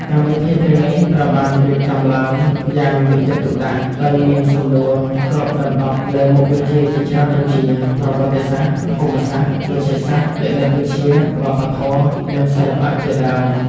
កម្មវិធីទាំងនេះត្រូវបានរៀបចំឡើងយ៉ាងយកចិត្តទុកដាក់ ដោយមានសំណួរគ្របដណ្ដប់លើមុខវិជ្ជាជាច្រើនដូចជា ប្រវត្តិសាស្ត្រ ភូមិសាស្ត្រ វិទ្យាសាស្ត្រ គណិតវិទ្យា វប្បធម៌ និងសិល្បៈជាដើម។